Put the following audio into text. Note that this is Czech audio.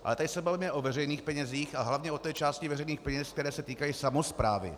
Ale tady se bavíme o veřejných penězích a hlavně o té části veřejných peněz, které se týkají samosprávy.